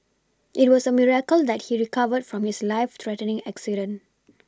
it was a miracle that he recovered from his life threatening accident